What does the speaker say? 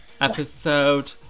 Episode